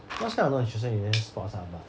last time I also not interested in any sports [one] [what]